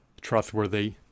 trustworthy